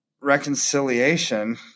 reconciliation